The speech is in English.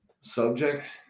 subject